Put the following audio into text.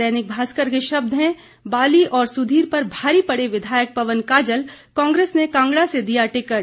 दैनिक भास्कर के शब्द हैं बाली और सुधीर पर भारी पड़े विधायक पवन काजल कांग्रेस ने कांगड़ा से दिया टिकट